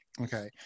okay